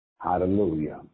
Hallelujah